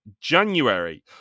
January